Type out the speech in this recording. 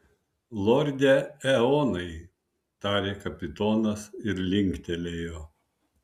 lorde eonai tarė kapitonas ir linktelėjo